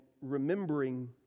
remembering